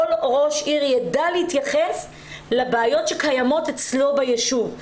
כל ראש עירייה יידע להתייחס לבעיות שקיימות אצלו בישוב.